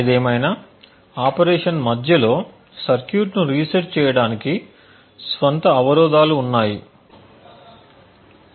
ఏదేమైనా ఆపరేషన్ మధ్యలో సర్క్యూట్ ను రీసెట్ చేయడానికి స్వంత అవరోధాలు ఉన్నాయి